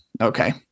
okay